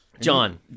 John